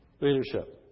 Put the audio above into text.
leadership